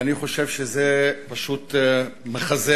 אני חושב שזה פשוט מחזק,